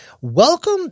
Welcome